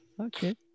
Okay